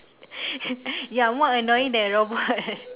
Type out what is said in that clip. you're more annoying than a robot